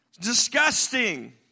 disgusting